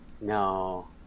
no